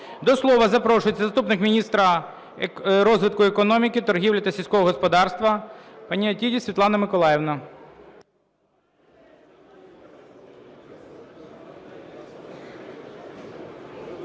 До слова запрошується заступник міністра розвитку економіки, торгівлі та сільського господарства Панаіотіді Світлана Миколаївна.